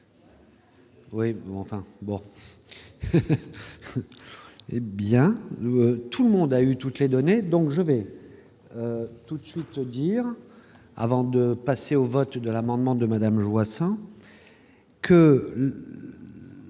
Oui, enfin bon. Eh bien nous, tout le monde a eu toutes les données, donc je vais tout de suite dire avant de passer au vote de l'amendement de Madame Joissains que